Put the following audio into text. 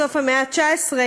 בסוף המאה ה-19,